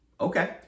okay